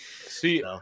See